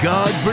God